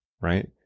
right